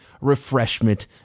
refreshment